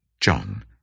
John